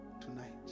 tonight